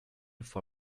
for